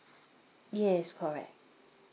yes correct